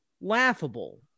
laughable